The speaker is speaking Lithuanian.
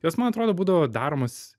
jos man atrodo būdavo daromos